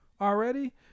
already